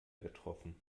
getroffen